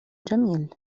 جميل